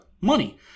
money